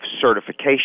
certification